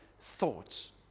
thoughts